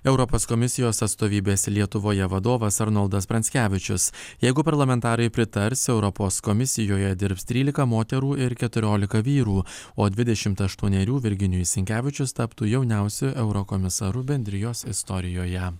europos komisijos atstovybės lietuvoje vadovas arnoldas pranckevičius jeigu parlamentarai pritars europos komisijoje dirbs trylika moterų ir keturiolika vyrų o dvidešimt aštuonerių virginijus sinkevičius taptų jauniausiu eurokomisaru bendrijos istorijoje